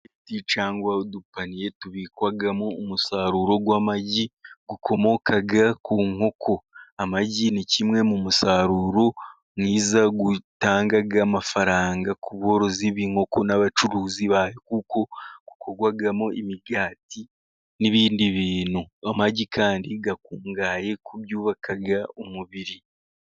Cyangwa udupaniye tubikwamo umusaruro w'amagi ukomoka ku nkoko, amagi ni kimwe mu musaruro mwiza utanga amafaranga ku borozi b'inkoko n'abacuruzi bawe kuko ukorwamo imigati n'ibindi bintu, amagi kandi akungahaye ku byubaka umubiri.